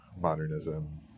modernism